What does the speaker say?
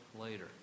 later